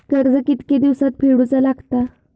कर्ज कितके दिवसात फेडूचा लागता?